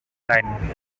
line